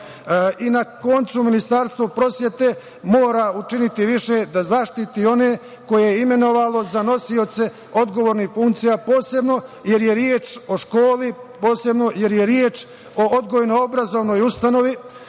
kraju, Ministarstvo prosvete mora učiniti više da zaštiti one koje je imenovalo za nosioce odgovornih funkcija, posebno jer je reč o školi, posebno jer je reč o odgojno-obrazovnoj ustanovi,